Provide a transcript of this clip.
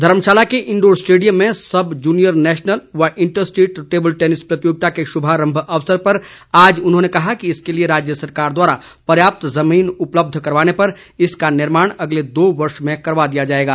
धर्मशाला के indoor stadium में सब जूनियर नेशनल व इंटर स्टेट टेबल टेनिस प्रतियोगिता के शुभारंभ अवसर पर आज उन्होंने कहा इसके लिए राज्य सरकार द्वारा पर्याप्त जमीन उपलब्ध करवाने पर इसका निर्माण अगले दो वर्षो में करवा दिया जाएगा